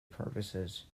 purposes